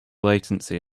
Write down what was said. latency